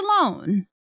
alone